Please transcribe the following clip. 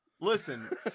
Listen